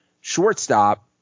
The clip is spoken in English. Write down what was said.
shortstop